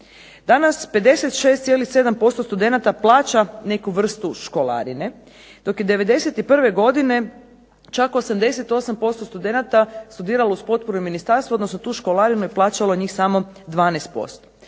Danas 56,7% studenata plaća plaća neku vrstu školarine dok je '91. godine čak 88% studenata studiralo uz potporu ministarstva, odnosno tu školarinu je plaćalo njih samo 12%.